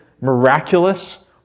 miraculous